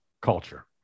culture